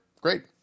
great